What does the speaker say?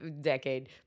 decade